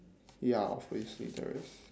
ya obviously there is